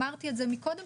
אמרתי את זה מקודם,